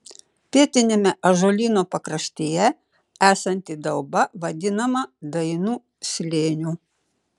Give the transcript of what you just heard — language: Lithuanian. pietiniame ąžuolyno pakraštyje esanti dauba vadinama dainų slėniu